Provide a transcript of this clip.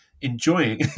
enjoying